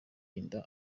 inda